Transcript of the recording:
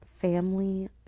family